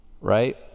right